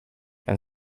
and